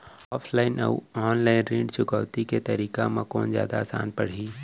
Offline अऊ online ऋण चुकौती के तरीका म कोन जादा आसान परही?